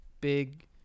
big